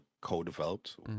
co-developed